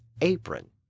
apron